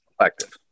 effective